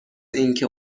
اینکه